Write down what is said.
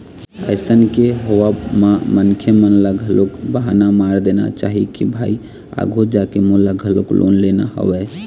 अइसन के होवब म मनखे मन ल घलोक बहाना मार देना चाही के भाई आघू जाके मोला घलोक लोन लेना हवय